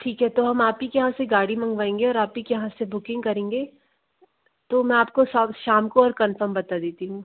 ठीक है तो हम आप ही के यहाँ से गाड़ी मंगवाएंगे और आप ही के यहाँ से बुकिंग करेंगे तो मैं आप को सब शाम को और कनफ़ौम बता देती हूँ